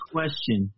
Question